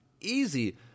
easy